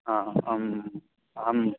हा अहम् अहम्